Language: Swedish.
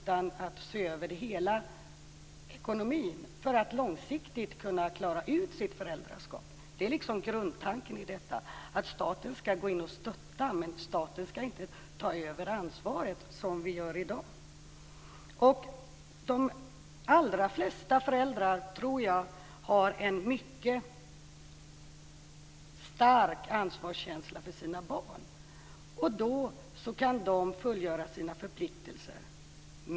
Man behöver se över hela ekonomin för att långsiktigt kunna klara sitt föräldraskap. Det är liksom grundtanken i detta. Staten skall gå in och stötta, men staten skall inte ta över ansvaret, som vi gör i dag. De allra flesta föräldrar tror jag har en mycket stark ansvarskänsla för sina barn. Då kan de fullgöra sina förpliktelser.